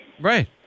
Right